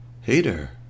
Hater